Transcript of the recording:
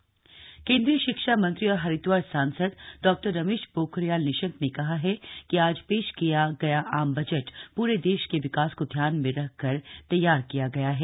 budget reaction Dr Nishank केंद्रीय शिक्षा मंत्री और हरिदवार सांसद डॉ रमेश पोखरियाल निशंक ने कहा है कि आज पेश किया गया आम बजट प्रे देश के विकास को ध्यान में रखकर तैयार किया गया है